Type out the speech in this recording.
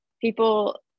people